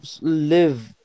live